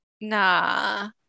nah